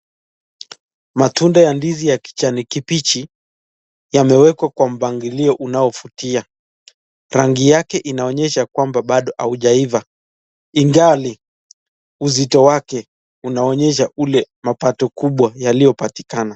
Matunda ya ndizi ya kijani kibichi yamewekwa kwa mpangilio unaovutia rangi yake inaonyesha kwamba bado haujaiva ingali uzito wake unawaonyesha mapato kubwa yaliyopatikana.